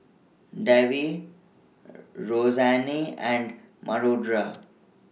Davie Roseanne and Madora